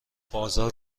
بازار